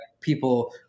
people